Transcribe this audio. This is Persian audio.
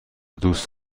دوست